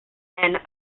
and